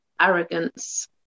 arrogance